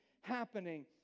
happening